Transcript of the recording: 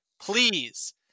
Please